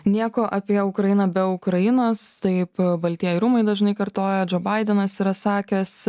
nieko apie ukrainą be ukrainos taip baltieji rūmai dažnai kartoja džio baidenas yra sakęs